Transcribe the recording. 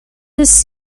this